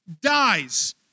dies